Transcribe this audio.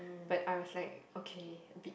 but I was like okay a bit